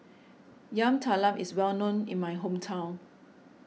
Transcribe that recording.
Yam Talam is well known in my hometown